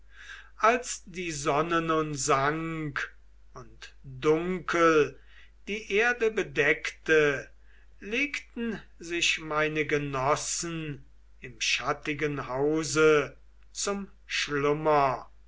als die sonne nun sank und dunkel die erde bedeckte legten sich meine genossen im schattigen hause zum schlummer